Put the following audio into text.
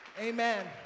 Amen